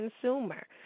consumer